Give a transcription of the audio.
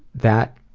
that